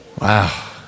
Wow